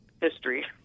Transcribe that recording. history